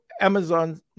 Amazon